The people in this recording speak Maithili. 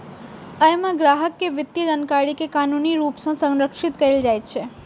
अय मे ग्राहक के वित्तीय जानकारी कें कानूनी रूप सं संरक्षित कैल जाइ छै